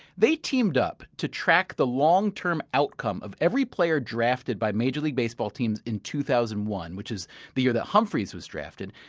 they teamed up to track the long term outcome of every player drafted by major league baseball teams in two thousand and one, which is the year that humphries was drafted.